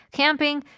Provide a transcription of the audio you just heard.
camping